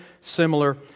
similar